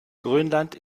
grönland